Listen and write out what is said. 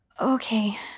Okay